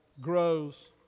grows